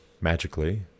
magically